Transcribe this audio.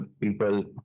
people